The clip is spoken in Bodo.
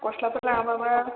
गस्लाफोर लाङाबाबो